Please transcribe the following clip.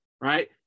right